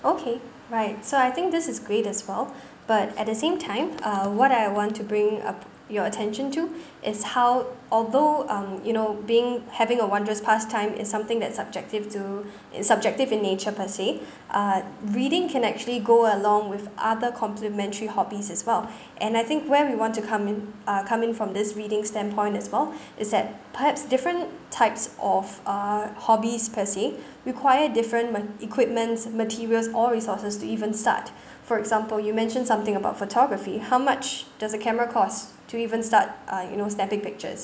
okay right so I think this is great as well but at the same time uh what I want to bring uh your attention to is how although um you know being having a wondrous pastime is something that subjective to subjective in nature per say uh reading can actually go along with other complimentary hobbies as well and I think where we want to come in uh coming from this reading standpoint as well is that perhaps different types of uh hobbies per say require different ma~ equipments materials or resources to even start for example you mentioned something about photography how much does a camera cost to even start uh you know snapping pictures